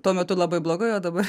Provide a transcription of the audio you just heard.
tuo metu labai blogai o dabar